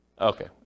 Okay